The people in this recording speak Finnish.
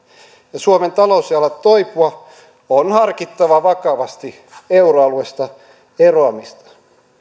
ja suomen talous ei ala toipua on harkittava vakavasti euroalueesta eroamista